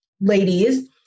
ladies